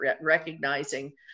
recognizing